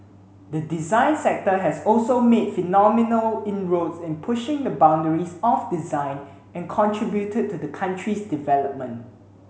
the design sector has also made phenomenal inroads in pushing the boundaries of design and contributed to the country's development